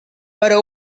però